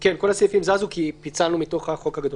כל הסעיפים זזו, כי פיצלנו מתוך החוק הגדול.